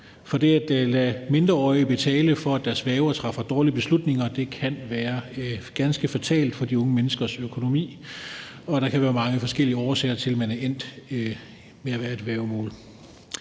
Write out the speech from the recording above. For det at lade mindreårige betale for, at deres værger træffer dårlige beslutninger, kan være ganske fatalt for de unge menneskers økonomi, og der kan være mange forskellige årsager til, at man er endt med at være i et værgemål.